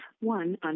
one